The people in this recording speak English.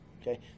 okay